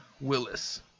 Willis